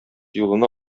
юлына